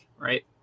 right